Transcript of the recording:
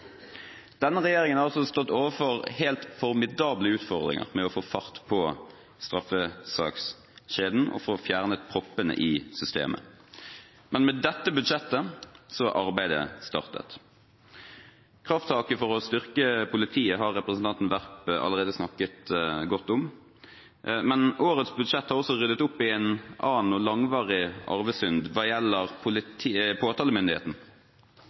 Denne regjeringen har altså stått overfor helt formidable utfordringer med å få fart på straffesakskjeden og få fjernet proppene i systemet. Men med dette budsjettet har arbeidet startet. Krafttaket for å styrke politiet har representanten Werp allerede snakket godt om. Men årets budsjett har også ryddet opp i en annen og langvarig arvesynd hva gjelder påtalemyndigheten. Politijuristenes leder har uttalt at dette er «tidenes løft for påtalemyndigheten».